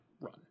run